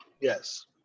Yes